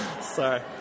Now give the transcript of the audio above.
Sorry